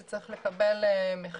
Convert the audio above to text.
זה צריך לקבל מחיר,